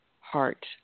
heart